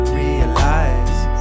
realize